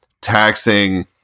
taxing